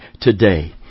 today